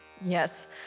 Yes